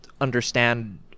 understand